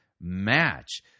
match